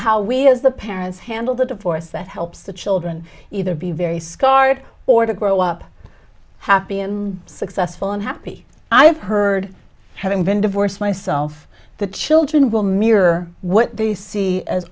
how we as the parents handle the divorce that helps the children either be very scarred or to grow up happy and successful and happy i have heard having been divorced myself the children will mirror what they see as